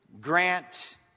Grant